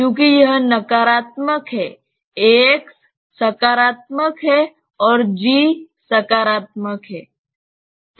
क्योंकि यह नकारात्मक है ax सकारात्मक है और g सकारात्मक है